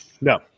No